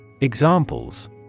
Examples